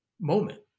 moment